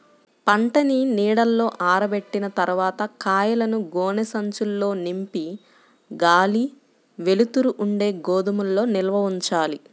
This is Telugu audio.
పంటని నీడలో ఆరబెట్టిన తర్వాత కాయలను గోనె సంచుల్లో నింపి గాలి, వెలుతురు ఉండే గోదాముల్లో నిల్వ ఉంచాలి